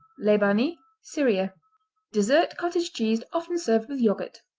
lebanie syria dessert cottage cheese often served with yogurt.